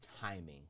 timing